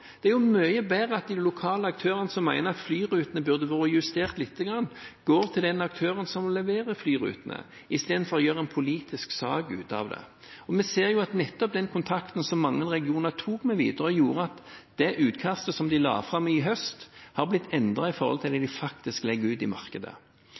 Det er mye bedre at de lokale aktørene som mener at flyrutene burde vært justert lite grann, går til den aktøren som leverer flyrutene, i stedet for å gjøre en politisk sak av det. Vi ser jo at nettopp den kontakten som mange regioner tok med Widerøe, gjorde at det utkastet som de la fram i høst, er blitt endret i forhold til det